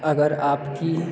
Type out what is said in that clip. अगर आपकी